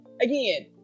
again